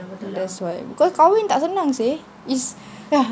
that's why cause kahwin tak senang seh